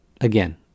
again